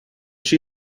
she